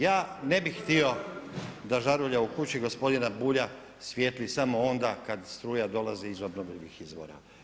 Ja ne bih htio da žarulja u kući gospodina Bulja svijetli samo onda kad struja dolazi iz obnovljivih izvora.